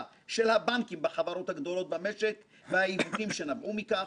של הבנקים בחברות הגדולות במשק והעיוותים שנבעו מכך,